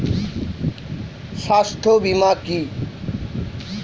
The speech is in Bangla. স্বাস্থ্য বীমা কি?